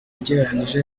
ugereranije